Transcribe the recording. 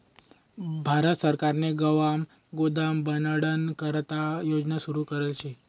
भारत सरकारने गावमा गोदाम बनाडाना करता योजना सुरू करेल शे